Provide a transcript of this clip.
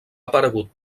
aparegut